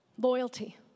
Loyalty